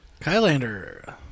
Kylander